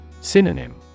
Synonym